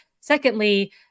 Secondly